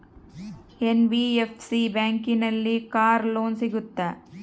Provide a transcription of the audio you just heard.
NBFC ಬ್ಯಾಂಕಿನಲ್ಲಿ car loan ಸಿಗುತ್ತಾ?